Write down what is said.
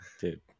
Dude